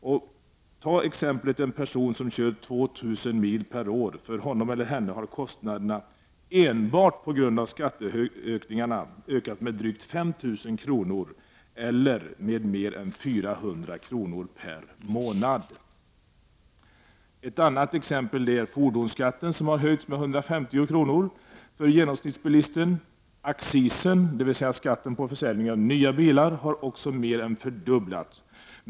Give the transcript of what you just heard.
För en person som kör 2 000 mil per år har kostnaderna enbart på grund av skattehöjningarna ökat med drygt 5 000 kr., eller med mer än 400 kr. per månad. Ett annat exempel är fordonsskatten, som har höjts med 150 kr. per år för genomsnittsbilen. Accisen, dvs. skatten på försäljning av nya bilar, har mer än fördubblats.